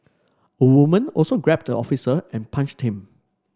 a woman also grabbed the officer and punched him